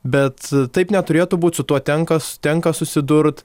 bet taip neturėtų būt su tuo tenka tenka susidurt